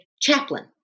chaplain